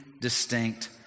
distinct